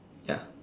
ya